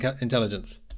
intelligence